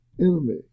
enemy